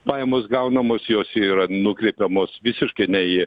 pajamos gaunamos jos yra nukreipiamos visiškai ne į